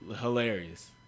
hilarious